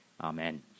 Amen